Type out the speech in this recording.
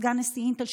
סגן נשיא אינטל,